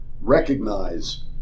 recognize